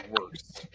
worse